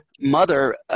mother